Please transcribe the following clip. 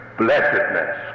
blessedness